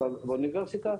באוניברסיטה,